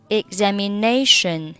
examination